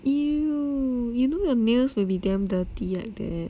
!eww! you know your nails will be damn dirty like that